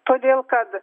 todėl kad